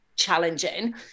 challenging